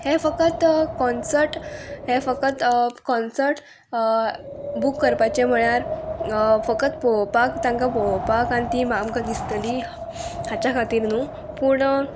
हें फकत कॉन्सर्ट हें फकत कॉन्सर्ट बूक करपाचें म्हळ्यार फकत पोवपाक तांकां पळोवपाक आनी ती आमकां दिसतली हाच्या खातीर न्हू पूण